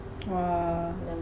!wah!